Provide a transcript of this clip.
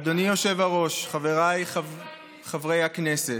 חבריי חברי הכנסת,